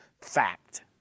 fact